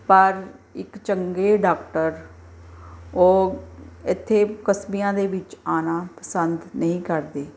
ਪਰ ਇੱਕ ਚੰਗੇ ਡਾਕਟਰ ਉਹ ਇੱਥੇ ਕਸਬਿਆਂ ਦੇ ਵਿੱਚ ਆਉਣਾ ਪਸੰਦ ਨਹੀਂ ਕਰਦੇ